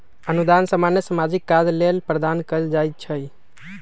अनुदान सामान्य सामाजिक काज लेल प्रदान कएल जाइ छइ